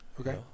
Okay